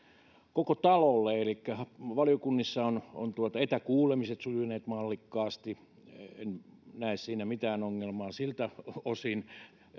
koko talolle elikkä valiokunnissa ovat etäkuulemiset sujuneet mallikkaasti en näe siinä mitään ongelmaa siltä osin